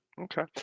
Okay